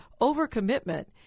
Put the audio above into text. overcommitment